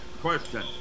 question